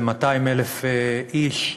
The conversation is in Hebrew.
זה 200,000 איש,